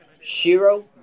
Shiro